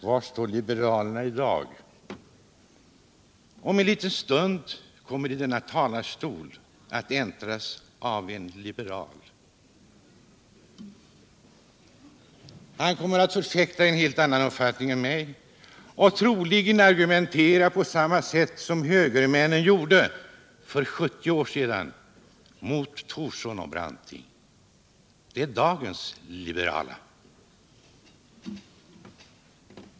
Var står liberalerna i dag? Om en liten stund kommer denna talarstol att äntras av en liberal. Han kommer att förfäkta en helt annan uppfattning än jag och argumentera på samma sätt som högermännen gjorde för 70 år sedan mot Thorsson och Branting. Det är dagens liberala.